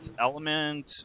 element